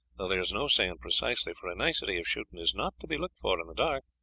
though there is no saying precisely, for a nicety of shooting is not to be looked for in the dark.